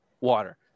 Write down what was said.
water